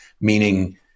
meaning